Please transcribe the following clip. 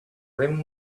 rim